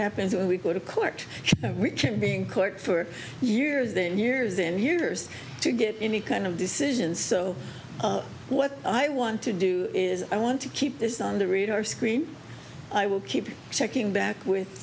happens when we go to court being court for years and years and years to get any kind of decisions so what i want to do is i want to keep this on the radar screen i will keep checking